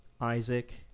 Isaac